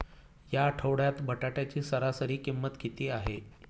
या आठवड्यात बटाट्याची सरासरी किंमत किती आहे?